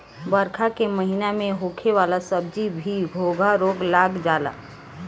बरखा के महिना में होखे वाला सब्जी में भी घोघा रोग लाग जाला